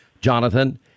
jonathan